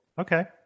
okay